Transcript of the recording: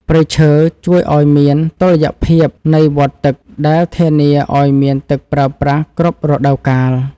ព្រៃឈើជួយឱ្យមានតុល្យភាពនៃវដ្តទឹកដែលធានាឱ្យមានទឹកប្រើប្រាស់គ្រប់រដូវកាល។